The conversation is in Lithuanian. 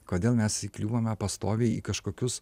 kodėl mes įkliūvame pastoviai į kažkokius